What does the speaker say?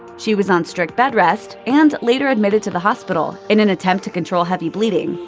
she was on strict bed rest and later admitted to the hospital in an attempt to control heavy bleeding,